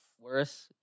Worse